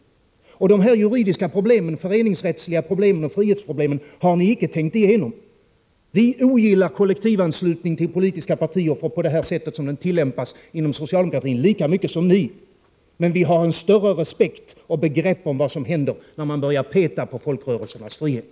De juridiska problemen, de föreningsrättsliga problemen och frihetsproblemen har ni inte tänkt igenom. Vi ogillar kollektivanslutning till politiska partier på det sätt som den tillämpas inom socialdemokratin lika mycket som ni, men vi har en större respekt för och begrepp om vad som händer, när man börjar peta på folkrörelsernas frihet.